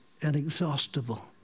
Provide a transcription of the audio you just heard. Inexhaustible